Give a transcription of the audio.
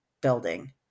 building